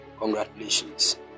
Congratulations